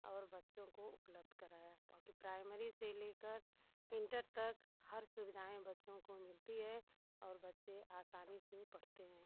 और बच्चों को उपलब्ध कराया ताकि प्राइमरी से लेकर इंटर तक हर सुविधाएँ बच्चों को मिलती है और बच्चे आसानी से पढ़ते हैं